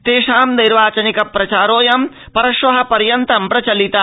तेषां नैर्वाचनिक प्रचारोऽयं परश्वः पर्यन्तं प्रचलिता